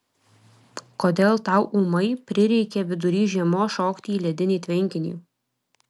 kodėl tau ūmai prireikė vidury žiemos šokti į ledinį tvenkinį